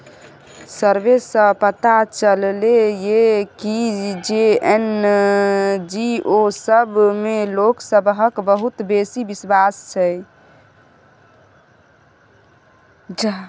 survey सँ पता चलले ये की जे एन.जी.ओ सब मे लोक सबहक बहुत बेसी बिश्वास छै